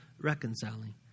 reconciling